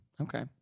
Okay